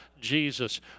Jesus